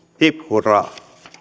hip hurraa